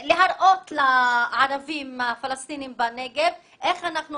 להראות לערבים הפלשתינים בנגב איך אנחנו